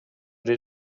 did